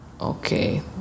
Okay